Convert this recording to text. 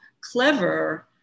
clever